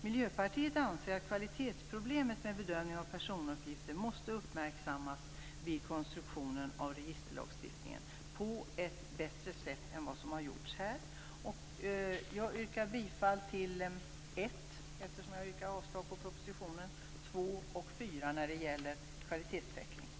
Miljöpartiet anser att kvalitetsproblemet vid en bedömning av personuppgifter måste uppmärksammas vid konstruktionen av registerlagstiftningen på ett bättre sätt än vad som här har gjorts. Jag yrkar bifall till reservationerna 1, om avslag på propositionen, 2, om tydligare ansvar för försäkringsregistren, och 4